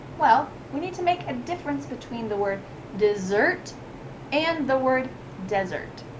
well, we need to make a difference between the word dessert and the word desert.